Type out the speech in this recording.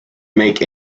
make